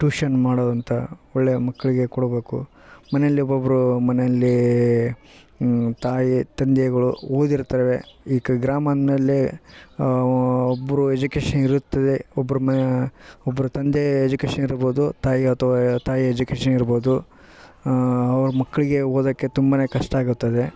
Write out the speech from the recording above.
tuition ಮಾಡೋವಂಥ ಒಳ್ಳೇ ಮಕ್ಕಳಿಗೆ ಕೊಡಬೇಕು ಮನೆಯಲ್ಲಿ ಒಬ್ಬೊಬ್ಬರು ಮನೆಯಲ್ಲಿ ತಾಯಿ ತಂದೆಗಳು ಓದಿರ್ತಾರೆ ಈ ಗ್ರಾಮ ಅಂದಮೇಲೆ ಒಬ್ಬರು ಎಜುಕೇಷನ್ ಇರುತ್ತದೆ ಒಬ್ಬರು ಮ ಒಬ್ಬರು ತಂದೆ ಎಜುಕೇಷನ್ ಇರ್ಬೌದು ತಾಯಿ ಅಥ್ವಾ ತಾಯಿ ಎಜುಕೇಷನ್ ಇರ್ಬೌದು ಅವ್ರ ಮಕ್ಕಳಿಗೆ ಓದೋಕ್ಕೆ ತುಂಬ ಕಷ್ಟಾಗುತ್ತದೆ